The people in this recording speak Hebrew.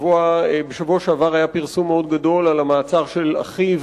בשבוע שעבר היה פרסום מאוד גדול על המעצר של אחיו